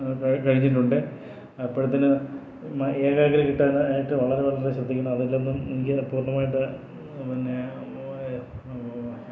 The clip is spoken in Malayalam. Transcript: കഴിഞ്ഞിട്ടുണ്ട് അപ്പോഴത്തേനും ഏകാഗ്രത കിട്ടാനായിട്ട് വളരെ അധികം ശ്രദ്ധിക്കണം അതിലൊന്നും എനിക്ക് പൂർണ്ണമായിട്ട് പിന്നെ